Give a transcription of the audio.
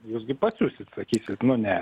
jūs gi pasiusit sakykit nu ne